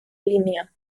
línea